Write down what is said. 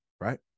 right